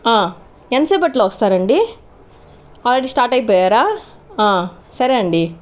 ఆ ఎంతసేపట్లో వస్తారండి ఆల్రెడీ స్టార్ట్ అయిపోయారా సరే అండి